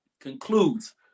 concludes